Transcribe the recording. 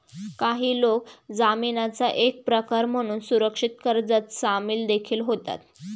काही लोक जामीनाचा एक प्रकार म्हणून सुरक्षित कर्जात सामील देखील होतात